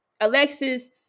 Alexis